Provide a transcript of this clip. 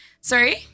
Sorry